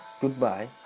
Goodbye